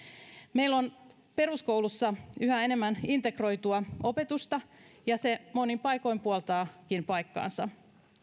meillä on peruskoulussa yhä enemmän integroitua opetusta ja se monin paikoin puoltaakin paikkaansa